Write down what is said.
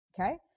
okay